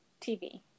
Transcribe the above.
TV